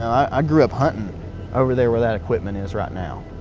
i grew up hunting over there where that equipment is right now.